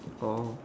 oh